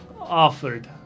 offered